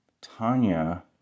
Tanya